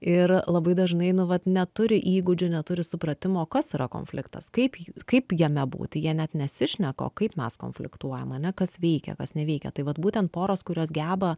ir labai dažnai nu vat neturi įgūdžių neturi supratimo o kas yra konfliktas kaip kaip jame būti jie net nesišneka o kaip mes konfliktuojam ane kas veikia kas neveikia tai vat būtent poros kurios geba